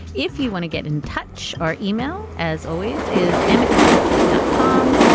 if you want to get in touch, our yeah e-mail, as always, is amicus at slate dot com.